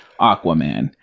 Aquaman